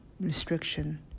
restriction